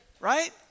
Right